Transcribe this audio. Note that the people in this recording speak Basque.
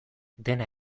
dena